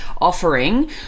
offering